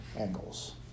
angles